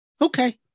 Okay